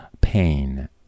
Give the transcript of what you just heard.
pain